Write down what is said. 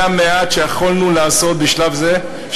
זה המעט שיכולנו לעשות בשלב זה,